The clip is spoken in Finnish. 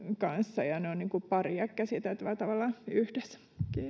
kanssa ja ne ovat niin kuin pari ja käsiteltävä tavallaan yhdessä